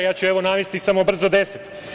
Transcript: Ja ću navesti samo brzo 10.